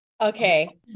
Okay